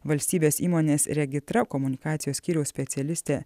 valstybės įmonės regitra komunikacijos skyriaus specialistė